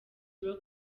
rock